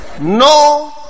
No